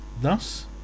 Thus